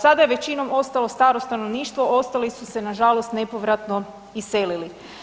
Sada je većinom ostalo staro stanovništvo, ostali su se nažalost nepovratno iselili.